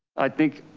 i think